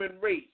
race